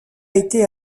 été